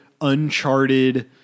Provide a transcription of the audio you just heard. Uncharted